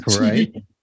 Right